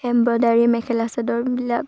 embroidery mekhela চাদৰবিলাক